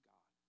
God